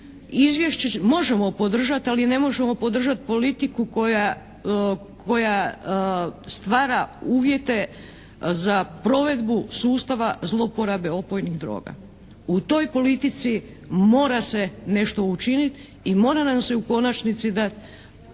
Izvješće možemo podržati ali ne možemo podržati politiku koja stvara uvjete za provedbu sustava zlouporabe opojnih droga. U toj politici mora se nešto učiniti i mora nam se u konačnici dat